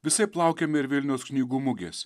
visaip laukiame ir vilniaus knygų mugės